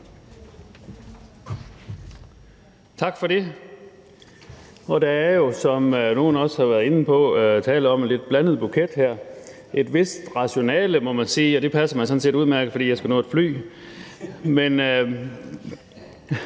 Tak for det. Der er jo, som nogle også har været inde på, tale om en lidt blandet buket her. Det er der et vist rationale i, må man sige, og det passer mig sådan set udmærket, fordi jeg skal nå et fly. Men